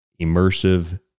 immersive